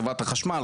חברת החשמל,